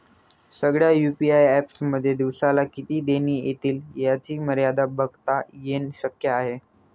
सगळ्या UPI apps मध्ये दिवसाला किती देणी एतील याची मर्यादा बघता येन शक्य आहे